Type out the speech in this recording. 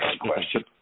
question